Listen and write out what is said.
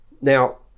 now